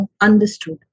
understood